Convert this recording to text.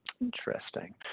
Interesting